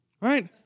Right